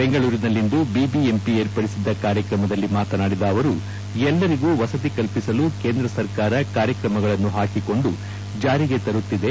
ಬೆಂಗಳೂರಿನಲ್ಲಿಂದು ಬಿಬಿಎಂಪಿ ಏರ್ಪಡಿಸಿದ ಕಾರ್ಯಕ್ರಮದಲ್ಲಿ ಮಾತನಾಡಿದ ಅವರು ಎಲ್ಲರಿಗೂ ವಸತಿ ಕಲ್ಪಿಸಲು ಕೇಂದ್ರ ಸರ್ಕಾರ ಕಾರ್ಯಕ್ರಮಗಳನ್ನು ಪಾಕಿಕೊಂಡು ಜಾರಿಗೆ ತರುತ್ತಿದೆ